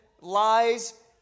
lies